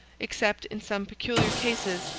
except in some peculiar cases,